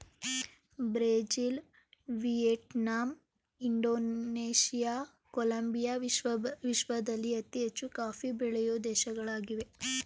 Brazil, Vietnam, Indonesia, Colombia ವಿಶ್ವದಲ್ಲಿ ಅತಿ ಹೆಚ್ಚು ಕಾಫಿ ಬೆಳೆಯೂ ದೇಶಗಳಾಗಿವೆ